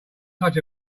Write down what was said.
such